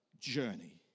journey